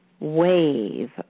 wave